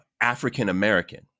African-American